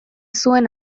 zuen